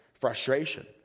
frustration